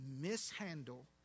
mishandle